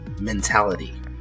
mentality